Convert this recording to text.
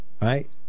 Right